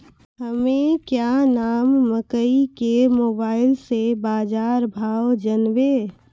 हमें क्या नाम मकई के मोबाइल से बाजार भाव जनवे?